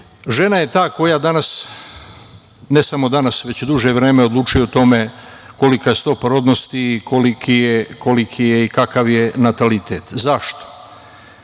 je ta koja danas, ne samo danas već duže vreme odlučuje o tome kolika je stopa rodnosti i koliko je i kakav je natalitet. Zašto?